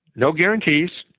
no guarantees,